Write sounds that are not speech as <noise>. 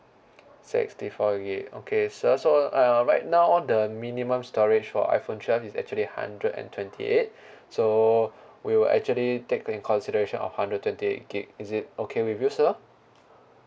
sixty four gig okay sir so uh right now all the minimum storage for iPhone twelve is actually hundred and twenty eight <breath> so <breath> we will actually take in consideration of hundred twenty eight gig is it okay with you sir